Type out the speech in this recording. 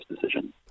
decision